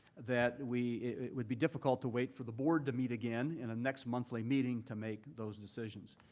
that we it would be difficult to wait for the board to meet again in a next monthly meeting to make those decisions.